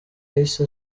yahise